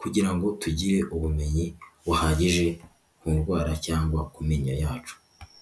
kugira ngo tugire ubumenyi buhagije ku ndwara cyangwa ku menyo yacu.